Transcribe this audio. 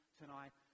tonight